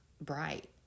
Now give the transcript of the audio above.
bright